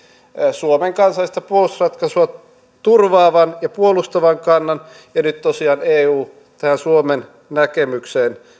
suomen kansallista puolustusratkaisua turvaavan ja puolustavan kannan ja nyt tosiaan eu tähän suomen näkemykseen